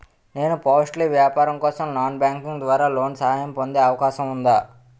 నేను పౌల్ట్రీ వ్యాపారం కోసం నాన్ బ్యాంకింగ్ ద్వారా లోన్ సహాయం పొందే అవకాశం ఉందా?